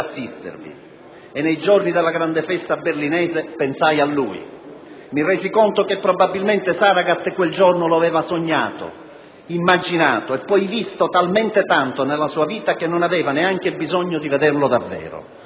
e nei giorni della grande festa berlinese pensai a lui, mi resi conto che probabilmente Saragat quel giorno lo aveva sognato, immaginato e poi visto talmente tanto nella sua vita che non aveva neanche bisogno di assistervi davvero;